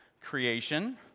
creation